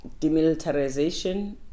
demilitarization